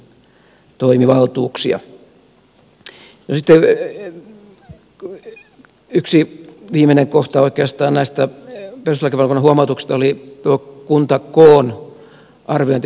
sitten yksi viimeinen kohta oikeastaan näistä perustuslakivaliokunnan huomautuksista oli tuo kuntakoon arviointi